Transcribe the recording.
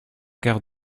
quarts